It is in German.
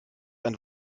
ein